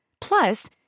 Plus